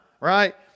right